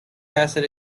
acid